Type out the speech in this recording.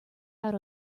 out